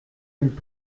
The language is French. mille